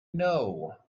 know